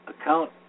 account